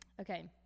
Okay